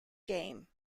game